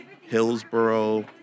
Hillsboro